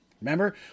Remember